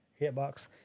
Hitbox